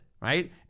right